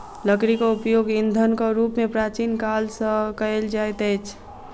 लकड़ीक उपयोग ईंधनक रूप मे प्राचीन काल सॅ कएल जाइत अछि